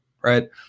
Right